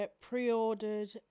pre-ordered